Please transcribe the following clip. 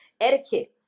etiquette